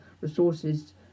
resources